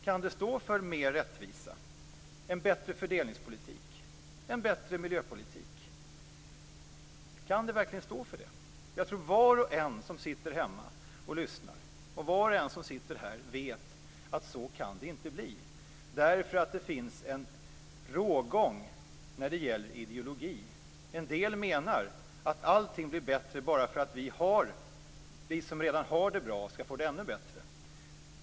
Kan det stå för mer rättvisa, en bättre fördelningspolitik, en bättre miljöpolitik? Var och en som sitter hemma och lyssnar och var och en som sitter här vet att det inte kan bli så. Det finns en rågång när det gäller ideologi. En del menar att allt blir bättre eftersom vi som redan har det bra skall få det ännu bättre.